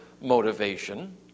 motivation